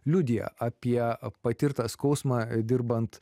liudija apie patirtą skausmą dirbant